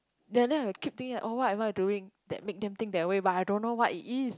then then I will keep thinking at all what what are you doing that make them think that way but I don't know what is it